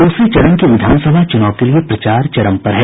दूसरे चरण के विधानसभा चुनाव के लिए प्रचार चरम पर है